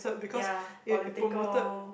ya political